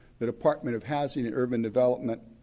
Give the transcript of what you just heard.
the department of housing and urban development,